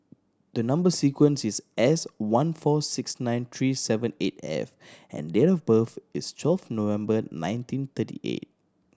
the number sequence is S one four six nine three seven eight F and date of birth is twelfth November nineteen thirty eight